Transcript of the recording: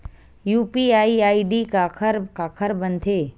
UPI ID काखर काखर बनथे?